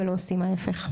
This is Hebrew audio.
ולא עושים ההיפך.